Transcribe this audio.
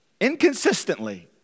inconsistently